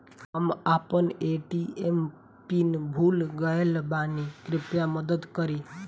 हम अपन ATM pin भूल गएल बानी, कृपया मदद करीं